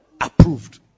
approved